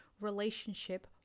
relationship